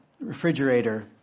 refrigerator